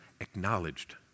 acknowledged